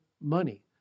money